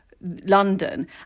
London